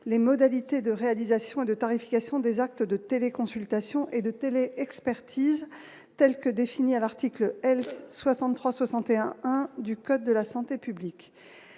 les modalités de réalisation et de tarification des actes de téléconsultation et de télé-expertise telle que définie à l'article L 163 61 du code de la santé publique,